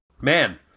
man